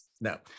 No